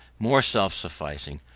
more self-sufficing,